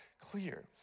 clear